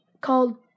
called